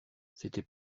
c’était